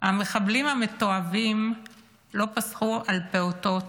המחבלים המתועבים לא פסחו על פעוטות,